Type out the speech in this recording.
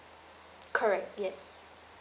correct yes